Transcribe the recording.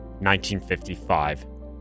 1955